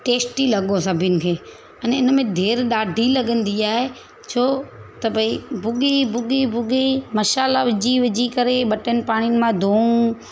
tasty लॻो सभिनि खे अने हिनमें देरि ॾाढी लॻंदी आहे छो त भई भुगी भुगी भुगी मशाला विझी विझी करे ॿ टिनि पाणिनि मां धोऊं